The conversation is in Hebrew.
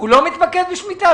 הוא לא מתמקד בשמיטה.